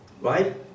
right